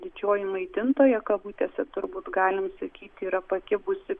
didžioji maitintoja kabutėse turbūt galim sakyti yra pakibusi